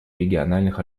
региональных